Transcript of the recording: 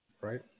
Right